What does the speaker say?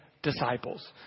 Disciples